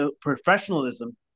professionalism